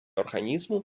організму